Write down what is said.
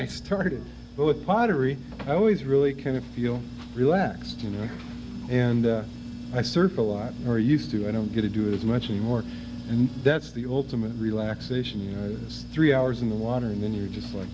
it started with pottery i always really kind of feel relaxed you know and i surf a lot more used to i don't get to do it as much anymore and that's the ultimate relaxation you know is three hours in the water and then you're just like